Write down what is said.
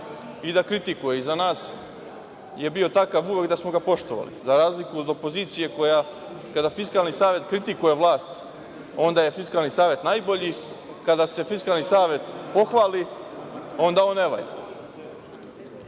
i da kritikuje, i za nas je bio uvek takav da smo ga poštovali za razliku od opozicije koja kada Fiskalni savet kritikuje vlast, onda je Fiskalni savet najbolji, kada se Fiskalni savet pohvali, onda on ne